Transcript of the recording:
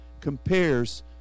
compares